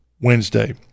Wednesday